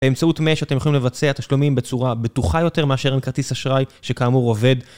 באמצעות Match שאתם יכולים לבצע תשלומים בצורה בטוחה יותר מאשר עם כרטיס אשראי שכאמור עובד.